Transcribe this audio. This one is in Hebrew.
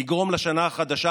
נגרום לשנה החדשה,